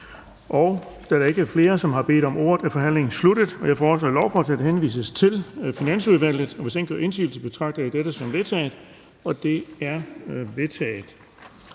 Da der ikke er flere, der har bedt om ordet, er forhandlingen sluttet. Jeg foreslår, at lovforslaget henvises til Finansudvalget. Hvis ingen gør indsigelse, betragter jeg dette som vedtaget. Det er vedtaget.